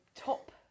top